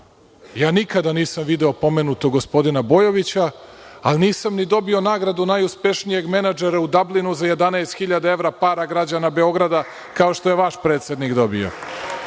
ja nikada nisam video pomenutog gospodina Bojovića, ali nisam ni dobio nagradu najuspešnijeg menadžera u Dablinu za 11 hiljada evra, para građana Beograda, kao što je vaš predsednik dobio.I,